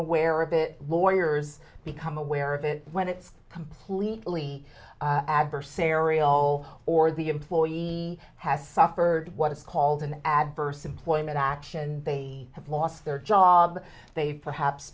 aware of it lawyers become aware of it when it's completely adversarial or the employee has suffered what is called an adverse employment action they have lost their job they perhaps